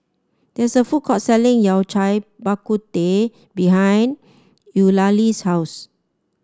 there is a food court selling Yao Cai Bak Kut Teh behind Eulalie's house